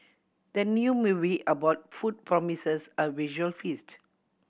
the new movie about food promises a visual feast